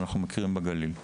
אנחנו מכירים בגליל?